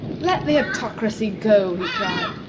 let the autocracy go! he cried.